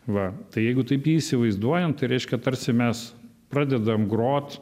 va tai jeigu taip jį įsivaizduojam tai reiškia tarsi mes pradedam grot